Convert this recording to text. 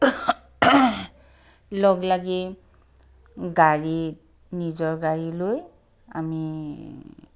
লগলাগি গাড়ী নিজৰ গাড়ী লৈ আমি